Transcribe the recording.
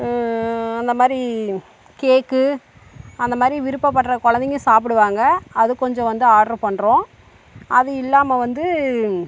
அந்த மாதிரி கேக்கு அந்த மாதிரி விருப்பப்படுற குழந்தைங்க சாப்பிடுவாங்க அது கொஞ்சம் வந்து ஆட்ரு பண்ணுறோம் அது இல்லாமல் வந்து